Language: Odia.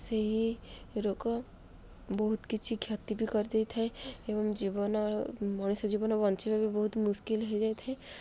ସେହି ରୋଗ ବହୁତ କିଛି କ୍ଷତି ବି କରିଦେଇ ଥାଏ ଏବଂ ଜୀବନ ମଣିଷ ଜୀବନ ବଞ୍ଚିବା ବି ବହୁତ ମୁସ୍କିଲ୍ ହୋଇଯାଇଥାଏ